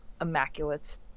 immaculate